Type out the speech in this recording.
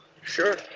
Sure